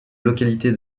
localité